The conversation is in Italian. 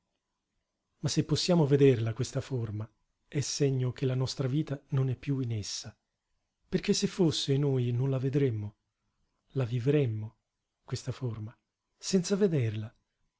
ma se possiamo vederla questa forma è segno che la nostra vita non è piú in essa perché se fosse noi non la vedremmo la vivremmo questa forma senza vederla